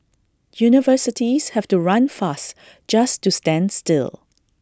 universities have to run fast just to stand still